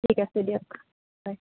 ঠিক আছে দিয়ক হয়